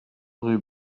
rue